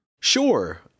Sure